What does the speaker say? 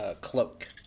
Cloak